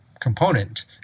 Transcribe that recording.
component